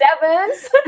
Sevens